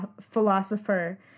philosopher